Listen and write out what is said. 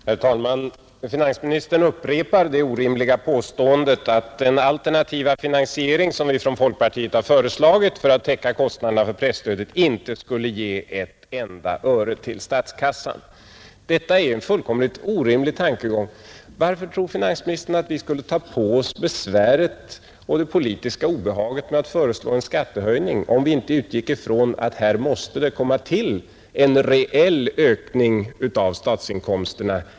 Herr talman! Finansministern upprepade det orimliga påståendet att den alternativa finansering som vi från folkpartiet har föreslagit för att täcka kostnaderna för presstödet inte skulle ge ett enda öre till statskassan, Detta är en fullkomligt orimlig tankegång. Varför tror finansministern att vi skulle ta på oss besväret och det politiska obehaget med att föreslå en skattehöjning, om vi inte utgick ifrån att förslaget skulle leda till en reell ökning av statsinkomsterna?